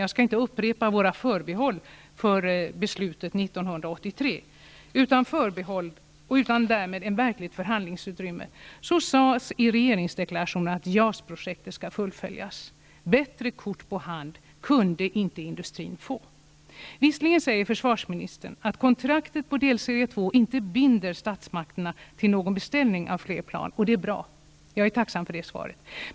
Jag skall inte upprepa våra förbehåll för beslutet 1983. Utan förbehåll, och därmed utan ett verkligt förhandlingsutrymme, sas i regeringsdeklarationen att JAS-projektet skall fullföljas. Bättre kort på hand kunde inte industrin få. Visserligen säger försvarsministern att kontraktet på delserie 2 inte binder statsmakterna till någon beställning av fler plan. Det är bra, och jag är tacksam för det svaret.